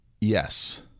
Yes